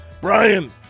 Brian